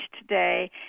today